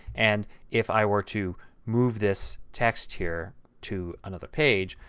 and if i were to move this text here to another page,